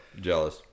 jealous